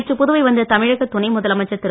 நேற்று புதுவை வந்த தமிழக துணைமுதலமைச்சர் திரு